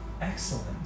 excellent